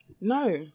No